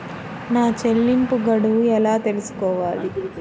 నా చెల్లింపు గడువు ఎలా తెలుసుకోవాలి?